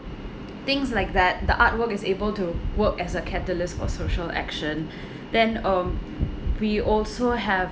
things like that the artwork is able to work as a catalyst for social action then um we also have